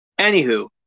anywho